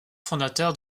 fondateur